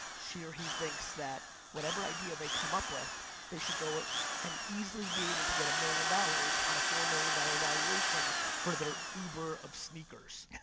she or he thinks that whatever idea they come up with they should go and easily be able to get a million dollars on a four million dollar valuation for their uber of sneakers.